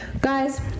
guys